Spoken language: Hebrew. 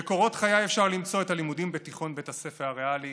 בקורות חיי אפשר למצוא את הלימודים בתיכון בית הספר הריאלי